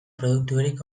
produkturik